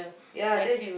ya that's